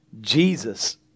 Jesus